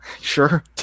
sure